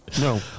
no